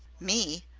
me!